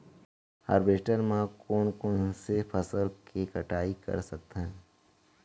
Harvester म कोन कोन से फसल के कटाई कर सकथन?